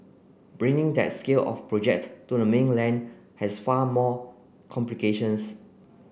bringing that scale of project to the mainland has far more complications